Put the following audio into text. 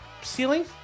ceiling